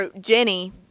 Jenny